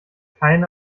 keine